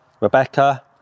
Rebecca